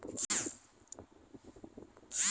समुंदर में अइसन बहुते जीव होलन जेकर त्वचा कठोर होला